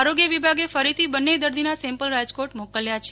આરોગ્ય વિભાગે ફરીથી બંને દર્દીના સેમ્પલ રાજકોટ મોકલ્યા છે